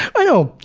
i know.